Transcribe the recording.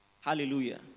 hallelujah